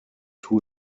two